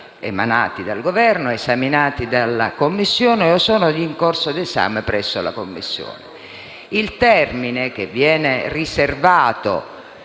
emanati dal Governo, esaminati dalla Commissione o sono in corso di esame presso la Commissione. Il termine che viene riservato